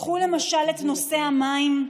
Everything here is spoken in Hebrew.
קחו למשל את נושא המים,